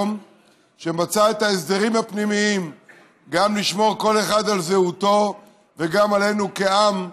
שמצא את ההסדרים הפנימיים גם לשמור כל אחד על זהותו וגם עלינו כעם,